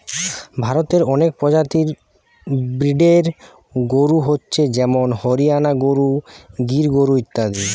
ভারতে অনেক প্রজাতির ব্রিডের গরু হচ্ছে যেমন হরিয়ানা গরু, গির গরু ইত্যাদি